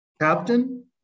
captain